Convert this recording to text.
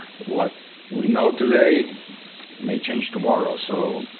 what we know today may change tomorrow. so,